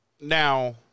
Now